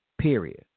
period